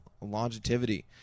longevity